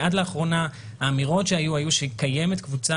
עד לאחרונה האמירות שהיו היו שקיימת קבוצה